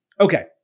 Okay